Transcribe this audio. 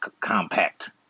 compact